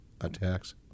attacks